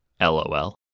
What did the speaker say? lol